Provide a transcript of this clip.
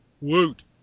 Woot